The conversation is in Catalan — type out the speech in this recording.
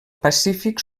pacífic